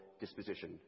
disposition